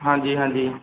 ਹਾਂਜੀ ਹਾਂਜੀ